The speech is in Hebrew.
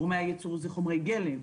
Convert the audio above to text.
גורמי הייצור זה חומרי גלם,